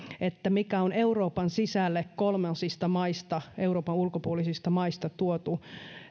että mikä on euroopan sisälle kolmansista maista euroopan ulkopuolisista maista tuotu